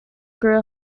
grew